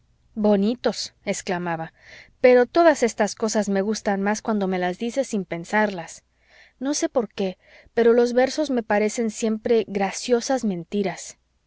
bonitos exclamaba pero todas estas cosas me gustan más cuando me las dices sin pensarlas no sé por qué pero los versos me parecen siempre graciosas mentiras